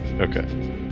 okay